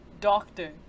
Doctor